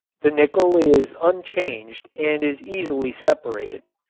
the nickel is unchanged and is easily separated.